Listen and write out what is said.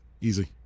Easy